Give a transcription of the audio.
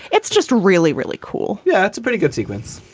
it's just really, really cool yeah, it's a pretty good sequence.